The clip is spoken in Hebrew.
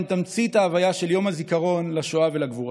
הם תמצית ההוויה של יום הזיכרון לשואה ולגבורה.